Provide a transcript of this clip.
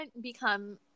become